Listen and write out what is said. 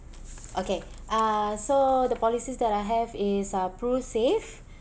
okay uh so the policies that I have is uh PRUsave